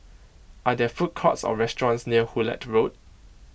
are there food courts or restaurants near Hullet Road